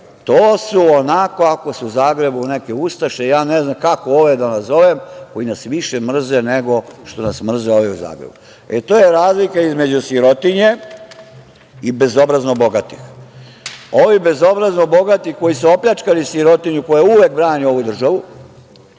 dvojke. Ako su u Zagrebu neke ustaše, ja ne znam kako ove da nazovem, koji nas više mrze nego što nas mrze ovi u Zagrebu.E, to je razlika između sirotinje i bezobrazno bogatih. Ovi bezobrazno bogati koji su opljačkali sirotinju koja uvek brani ovu državu,